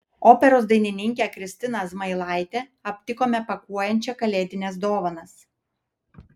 operos dainininkę kristiną zmailaitę aptikome pakuojančią kalėdines dovanas